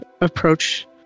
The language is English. approach